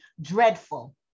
dreadful